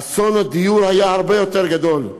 אסון הדיור היה הרבה יותר גדול.